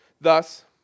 Thus